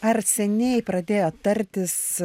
ar seniai pradėjot tartis